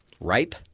Ripe